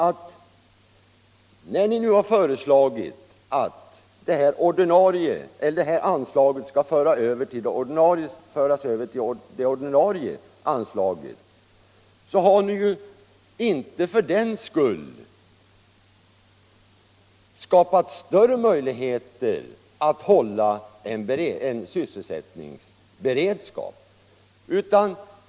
När ni nu också har föreslagit att det särskilda anslaget skall föras över till det ordinarie anslaget har ni därmed inte skapat större möjligheter att hålla en sysselsättningsberedskap.